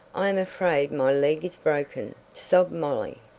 i am afraid my leg is broken! sobbed molly.